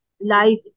life